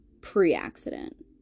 Pre-accident